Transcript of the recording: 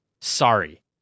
Sorry